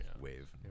wave